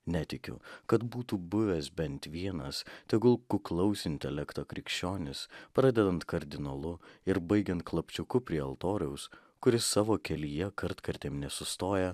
netikiu kad būtų buvęs bent vienas tegul kuklaus intelekto krikščionis pradedant kardinolu ir baigiant klapčiuku prie altoriaus kuris savo kelyje kartkartėm nesustoja